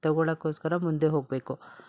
ತೊಗೊಳ್ಳೋಕೋಸ್ಕರ ಮುಂದೆ ಹೋಗಬೇಕು